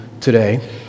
today